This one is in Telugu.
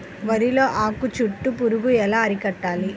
వరిలో ఆకు చుట్టూ పురుగు ఎలా అరికట్టాలి?